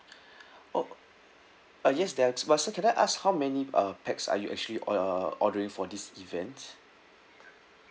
oh ah yes there but sir can I ask how many uh pax are you actually uh ordering for this event